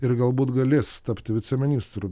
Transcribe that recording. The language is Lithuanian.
ir galbūt galės tapti viceministru